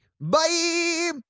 bye